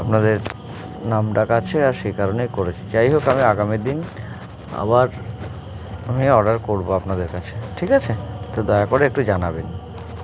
আপনাদের নামডাক কাছে আর সেই কারণেই করেছি যাই হোক আমি আগামী দিন আবার আমি অর্ডার করবো আপনাদের কাছে ঠিক আছে তো দয়া করে একটু জানাবেন